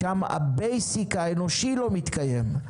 שם הבייסיק האנושי לא מתקיים,